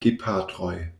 gepatroj